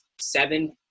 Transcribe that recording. seven